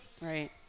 right